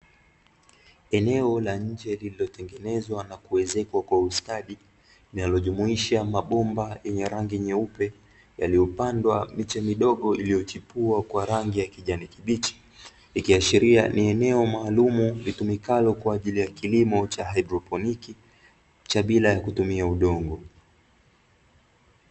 Eneo la njee lililotengenezwa na kuezekwa kwa ustadi, linalojumuisha mabomba yenye rangi nyeupe yaliyopandwa miche midogo iliyochipua kwa rangi ya kijani kibichi, ikiashiria ni eneo maalumu litumikalo kwa ajili ya kilimo cha haidroponi, cha bila kutumia udongo.